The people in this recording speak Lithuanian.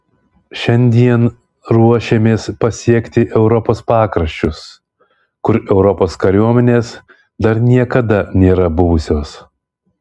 šiandien ruošėmės pasiekti europos pakraščius kur europos kariuomenės dar niekada nėra buvusios